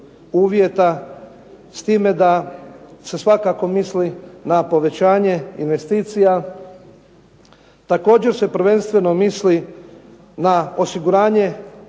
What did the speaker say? uvjeta s time da se svakako misli na povećanje investicija. Također se prvenstveno misli na osiguranje